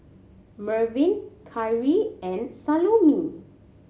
Mervin Khiry and Salome